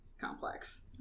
complex